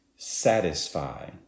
satisfy